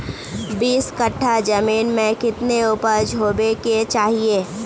बीस कट्ठा जमीन में कितने उपज होबे के चाहिए?